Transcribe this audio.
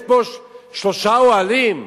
יש פה שלושה אוהלים.